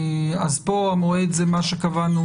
כאן המועד הוא מה שקבענו,